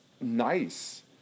nice